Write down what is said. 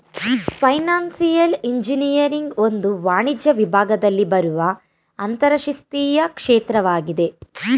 financial engineering ಒಂದು ವಾಣಿಜ್ಯ ವಿಭಾಗದಲ್ಲಿ ಬರುವ ಅಂತರಶಿಸ್ತೀಯ ಕ್ಷೇತ್ರವಾಗಿದೆ